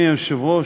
אדוני היושב-ראש,